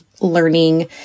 learning